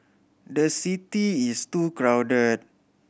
the city is too crowded